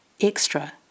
extra